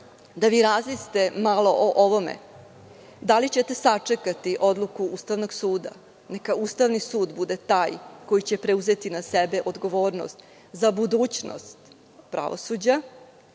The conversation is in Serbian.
da vi razmislite malo o ovome. Da li ćete sačekati odluku Ustavnog suda? Neka Ustavni sud bude taj koji će preuzeti na sebe odgovornost za budućnost pravosuđa,